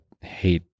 hate